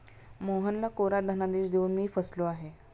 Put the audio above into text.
मोहनला कोरा धनादेश देऊन मी फसलो आहे